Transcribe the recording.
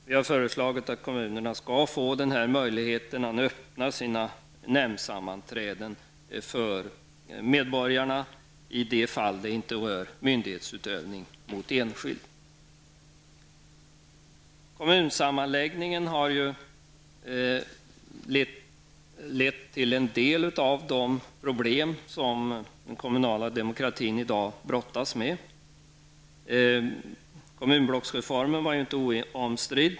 Vi har föreslagit att kommunerna skall få möjligheten att öppna sina nämndsammanträden för medborgarna i de fall de inte rör myndighetsutövning mot enskild. Kommunsammanläggningen har lett till en del av de problem som den kommunala demokratin i dag brottas med. Kommunblocksreformen var ju inte oomstridd.